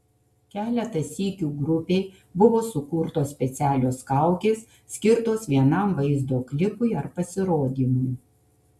keletą sykių grupei buvo sukurtos specialios kaukės skirtos vienam vaizdo klipui ar pasirodymui